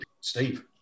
Steve